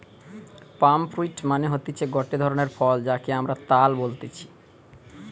পাম fruit মানে হতিছে গটে ধরণের ফল যাকে আমরা তাল বলতেছি